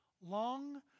Long